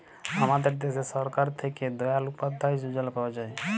আমাদের দ্যাশে সরকার থ্যাকে দয়াল উপাদ্ধায় যজলা পাওয়া যায়